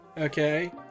Okay